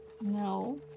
no